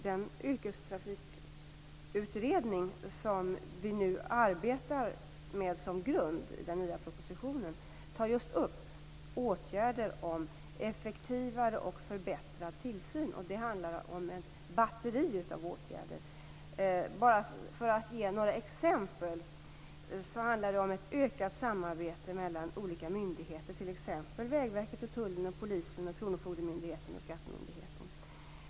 Den yrkestrafikutredning som vi nu arbetar med som grund i den nya propositionen tar just upp åtgärder om effektivare och förbättrad tillsyn. Det handlar om ett batteri av åtgärder. För att ge några exempel kan jag nämna att det handlar om ett ökat samarbete mellan olika myndigheter, t.ex. Vägverket, Tullen, Polisen, kronofogdemyndigheten och skattemyndigheten.